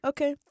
Okay